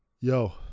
Yo